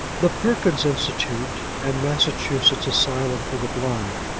the perkins institution and massachusetts asylum for the blind,